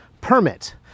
permit